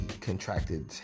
contracted